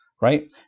right